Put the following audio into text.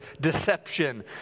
deception